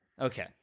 Okay